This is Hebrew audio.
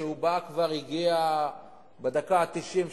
וכשהוא בא וכבר הגיע בדקה התשעים,